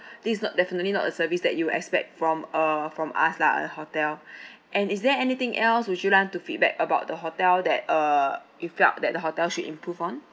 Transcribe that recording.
this is not definitely not a service that you expect from uh from us lah a hotel and is there anything else would you like to feedback about the hotel that uh you felt that the hotel should improve on